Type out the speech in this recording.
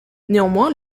néanmoins